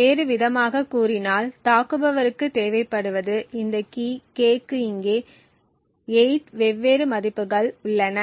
வேறுவிதமாகக் கூறினால் தாக்குபவருக்கு தேவைப்படுவது இந்த கீ k க்கு இங்கே 8 வெவ்வேறு மதிப்புகள் உள்ளன